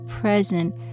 present